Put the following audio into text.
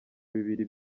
bibiri